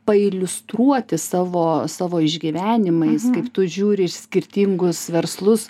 pailiustruoti savo savo išgyvenimais kaip tu žiūri skirtingus verslus